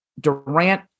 Durant